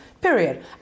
Period